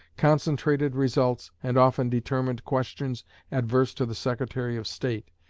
concentrated results, and often determined questions adverse to the secretary of state,